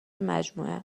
مجموعه